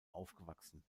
aufgewachsen